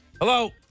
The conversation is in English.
Hello